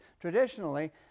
traditionally